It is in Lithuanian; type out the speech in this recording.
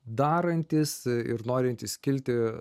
darantys ir norintys kilti